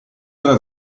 della